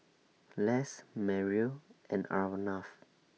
Les Mariel and Arnav